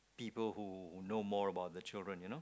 people who know more about the children you know